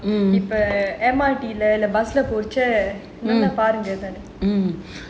இப்ப:ippa M_R_T lah the bus போறச்சே நல்லா பாருங்க:porachae nalla paarunga